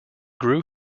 grew